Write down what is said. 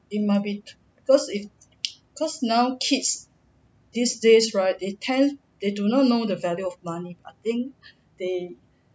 it might be because it's because now kids these days right they tend they do not know the value of money I think they